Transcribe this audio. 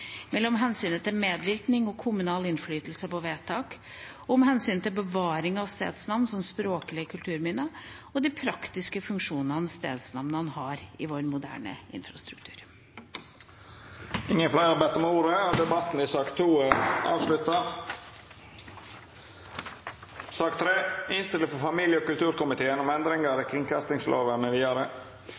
mellom hensynet til medvirkning og kommunal innflytelse på vedtak, hensynet til bevaring av stedsnavn som språklige kulturminner og de praktiske funksjonene stedsnavnene har i vår moderne infrastruktur. Fleire har ikkje bedt om ordet til sak nr. 2. Etter ynske frå komiteen vil presidenten føreslå at taletida vert avgrensa til 3 minutt til kvar partigruppe og